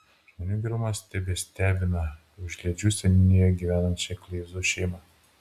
žmonių gerumas tebestebina užliedžių seniūnijoje gyvenančią kleizų šeimą